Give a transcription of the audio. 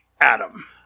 Adam